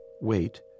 wait